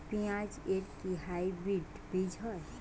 পেঁয়াজ এর কি হাইব্রিড বীজ হয়?